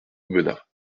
aubenas